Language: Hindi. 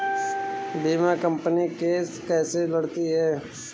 बीमा कंपनी केस कैसे लड़ती है?